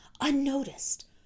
unnoticed